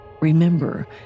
Remember